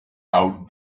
out